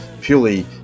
purely